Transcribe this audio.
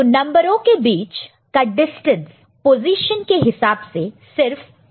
तो नंबरों के बीच का डिस्टेंस पोजीशन के हिसाब से सिर्फ 1 है